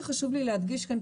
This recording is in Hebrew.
מה שחשוב לי להדגיש כאן,